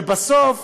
שבסוף